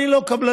אני לא קבלנות,